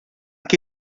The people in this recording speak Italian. che